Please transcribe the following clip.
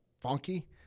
funky